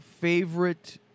favorite